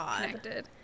connected